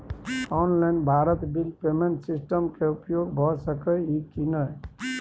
Online Bharat bill payment system के उपयोग भ सके इ की नय?